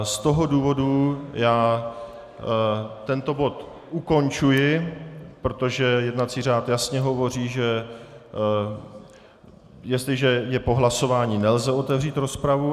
Z toho důvodu já tento bod ukončuji, protože jednací řád jasně hovoří, že jestliže je po hlasování, nelze otevřít rozpravu.